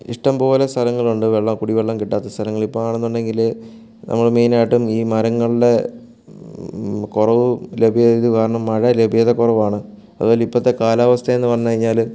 ഇഷ്ടംപോലെ സ്ഥലങ്ങളുണ്ട് വെള്ളം കുടിവെള്ളം കിട്ടാത്ത സ്ഥലങ്ങൾ ഇപ്പോഴാണെന്നുണ്ടെങ്കിൽ നമ്മൾ മെയിൻ ആയിട്ടും ഈ മരങ്ങളുടെ കുറവ് ലഭ്യതകാരണം മഴ ലഭ്യതക്കുറവാണ് അതുമല്ല ഇപ്പോഴത്തെ കാലാവസ്ഥയെന്ന് പറഞ്ഞുകഴിഞ്ഞാൽ